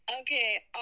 Okay